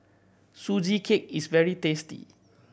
Sugee Cake is very tasty